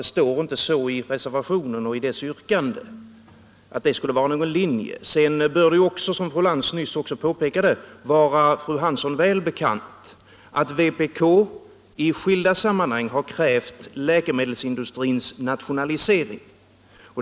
Det står inte i reservationen att det skulle vara vår linje. För det andra bör det vara fru Hansson väl bekant, som också fru Lantz påpekade, att vpk i skilda sammanhang har krävt läkemedelsindustrins socialisering.